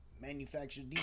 manufactured